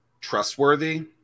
trustworthy